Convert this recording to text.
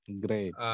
great